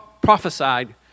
prophesied